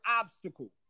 obstacle